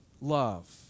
love